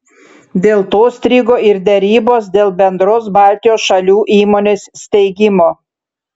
dėl to strigo ir derybos dėl bendros baltijos šalių įmonės steigimo